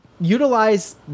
utilize